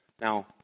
Now